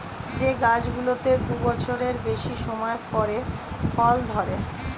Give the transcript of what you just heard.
যে গাছগুলোতে দু বছরের বেশি সময় পরে ফল ধরে